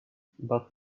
but